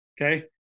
Okay